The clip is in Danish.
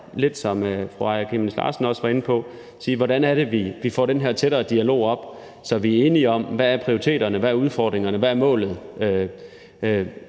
lidt som fru Aaja Chemnitz Larsen også var inde på, at sige, hvordan det er, vi får den her tættere dialog op, så vi er enige om, hvad prioriteterne er, hvad udfordringerne er, hvad målet